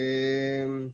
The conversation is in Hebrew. כאמור,